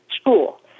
school